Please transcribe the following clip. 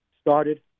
started